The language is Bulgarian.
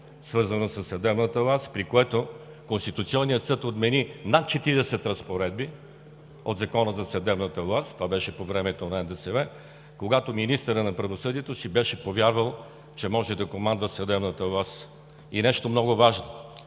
свързано със съдебната власт, при което Конституционният съд отмени над 40 разпоредби от Закона за съдебната власт – това беше по времето на НДСВ, когато министърът на правосъдието си беше повярвал, че може да командва съдебната власт. Нещо много важно.